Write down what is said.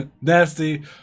Nasty